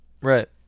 right